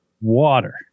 Water